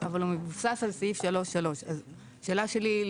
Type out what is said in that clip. אבל הוא מבוסס על סעיף 3(3). אז השאלה שלי,